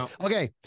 Okay